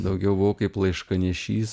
daugiau buvau kaip laiškanešys